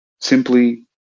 simply